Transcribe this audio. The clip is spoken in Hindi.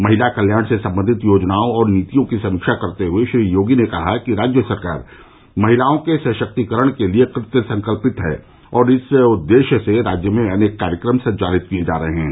महिला कल्याण से संबंधित योजनाओं और नीतियों की समीक्षा करते हुए श्री योगी ने कहा कि राज्य सरकार महिलाओं के सशक्तिकरण के लिये कृत संकल्पित है और इस उद्देश्य से राज्य में अनेक कार्यक्रम संचालित किये जा रहे हैं